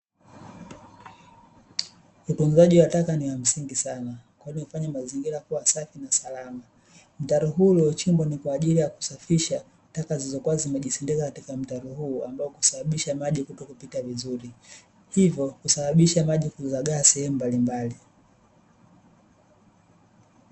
Utunzaji wa taka ni wa msingi sana kwani hufanya mazingira kuwa safi na salama. Mtaro huu uliochimbwa ni kwa ajili ya kusafisha taka zilizokuwa zimejisindika katika mtaro huu ambazo husababisha maji kutopita vizuri, hivo husababisha maji kuzagaa sehemu mbalimbali.